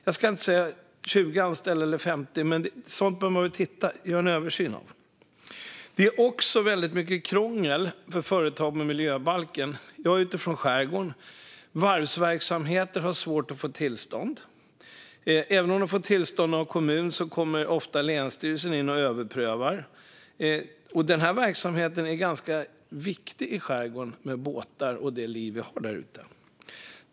Jag ska inte säga om gränsen går vid 20 eller 50 anställda, men man behöver göra en översyn. Miljöbalken innebär också väldigt mycket krångel för företag. Jag kommer från skärgården, där varvsverksamheter har svårt att få tillstånd. Även om de får tillstånd av kommunen kommer länsstyrelsen ofta in och överprövar. Varvsverksamheten är ganska viktig i skärgården med tanke på båtarna och det liv vi har där ute.